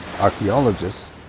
archaeologists